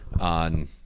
on